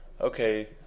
okay